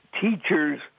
teachers